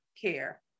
care